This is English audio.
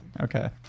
Okay